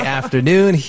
afternoon